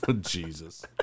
Jesus